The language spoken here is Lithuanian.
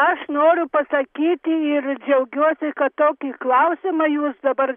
aš noriu pasakyti ir džiaugiuosi kad tokį klausimą jūs dabar